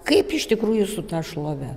kaip iš tikrųjų su ta šlove